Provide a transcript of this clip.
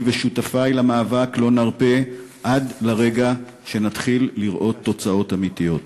אני ושותפי למאבק לא נרפה עד לרגע שנתחיל לראות תוצאות אמיתיות.